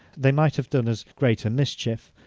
they might have done us great mischief.